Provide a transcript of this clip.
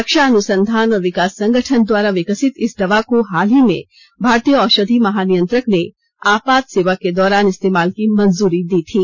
रक्षा अनुसंधान और विकास संगठन द्वारा विकसित इस दवा को हाल ही में भारतीय औषधि महानियंत्रक ने आपात सेवा के दौरान इस्तेमाल की मंजूरी दी थी